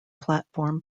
platform